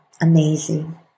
amazing